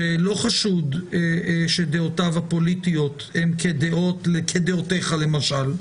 שלא חשוד שדעותיו הפוליטיות הן כדעותיך, למשל,